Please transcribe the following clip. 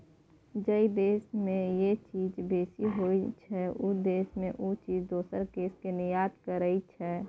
जइ देस में जे चीज बेसी होइ छइ, उ देस उ चीज दोसर देस के निर्यात करइ छइ